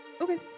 Okay